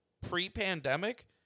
pre-pandemic